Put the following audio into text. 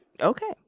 okay